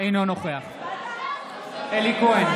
אינו נוכח אלי כהן,